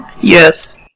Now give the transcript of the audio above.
Yes